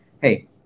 Hey